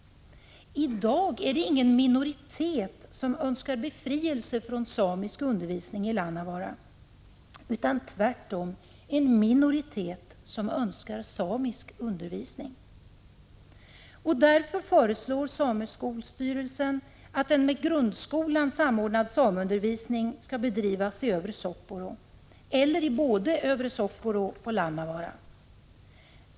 I dag är det ingen minoritet som önskar befrielse från samisk undervisning i Lannavaara, utan tvärtom en minoritet som önskar samisk undervisning. Sameskolstyrelsen föreslår därför att en med grundskolan samordnad sameundervisning skall bedrivas i Övre Sopporo eller i både Övre Sopporo och Lannavaara.